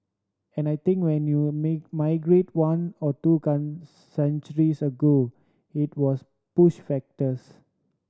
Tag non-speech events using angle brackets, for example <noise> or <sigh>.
and I think when you <unintelligible> migrated one or two <unintelligible> centuries ago it was push factors